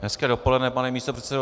Hezké dopoledne, pane místopředsedo.